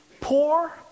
poor